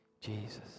Jesus